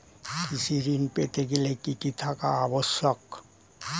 কৃষি ঋণ পেতে গেলে কি কি থাকা আবশ্যক?